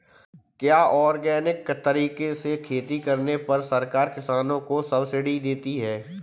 क्या ऑर्गेनिक तरीके से खेती करने पर सरकार किसानों को सब्सिडी देती है?